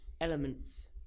elements